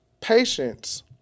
Patience